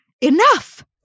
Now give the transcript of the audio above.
enough